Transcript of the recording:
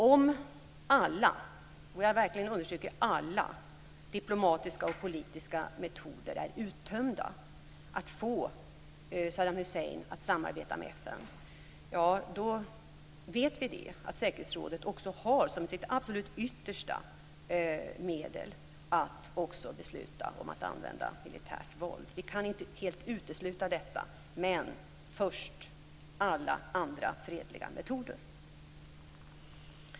Om alla, och jag understryker verkligen alla, diplomatiska och politiska metoder för att få Saddam Hussein att samarbeta med FN är uttömda, så vet vi att säkerhetsrådet har som sitt absolut yttersta medel att också besluta om att använda militärt våld. Vi kan inte helt utesluta detta, men först skall vi pröva alla fredliga metoder.